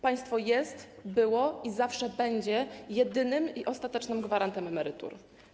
Państwo jest, było i zawsze będzie jedynym i ostatecznym gwarantem emerytur.